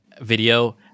video